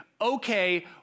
okay